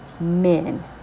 men